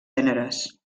gèneres